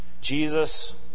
Jesus